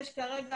יש כרגע,